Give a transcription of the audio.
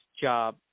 job